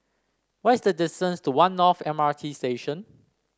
what is the distance to One North M R T Station